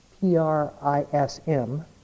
P-R-I-S-M